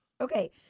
Okay